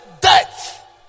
death